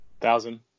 Thousand